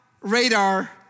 radar